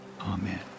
Amen